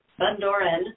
Bundoran